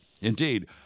Indeed